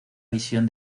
visión